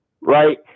right